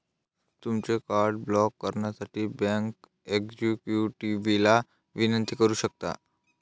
तुमचे card block करण्यासाठी bank एक्झिक्युटिव्हला विनंती करू शकता